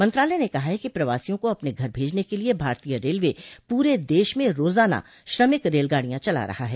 मंत्रालय ने कहा है कि प्रवासियों को अपने घर भेजने के लिए भारतीय रेलवे पूरे देश में रोजाना श्रमिक रेलगाडियां चला रहा है